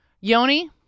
Yoni